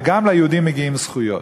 וגם ליהודים מגיעות זכויות.